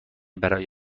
برای